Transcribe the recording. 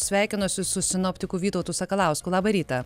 sveikinuosi su sinoptiku vytautu sakalausku labą rytą